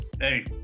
Hey